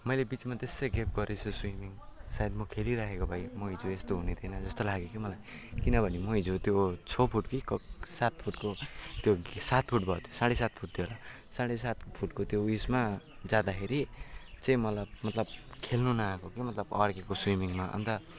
मैले बिचमा त्यसै ग्याप गरेको छु सुइमिङ सायद म खेलिरहेको म हिजो यस्तो हुने थिइनँ जस्तो लाग्यो के मलाई किनभने म हिजो त्यो छ फिट कि सात फिटको त्यो सात फिट भएको थियो साढे सात फिट थियो होला साढे सात फिटको त्यो उयसमा जाँदाखेरि चाहिँ मलाई मतलब खेल्नु न आएको के मतलब अडकेको सुइमिङमा अन्त